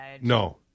No